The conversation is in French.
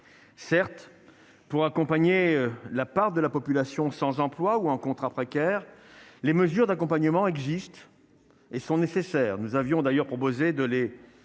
certes pour accompagner la part de la population sans emploi ou en contrat précaire, les mesures d'accompagnement existent et sont nécessaires, nous avions d'ailleurs proposé de lait